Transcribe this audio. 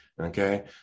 okay